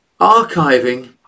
archiving